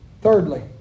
Thirdly